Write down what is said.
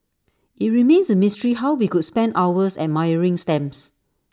IT remains A mystery how we could spend hours admiring stamps